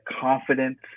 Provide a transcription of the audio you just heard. confidence